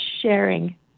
sharing